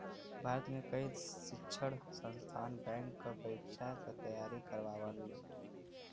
भारत में कई शिक्षण संस्थान बैंक क परीक्षा क तेयारी करावल